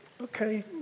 okay